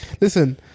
Listen